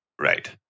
Right